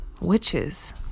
witches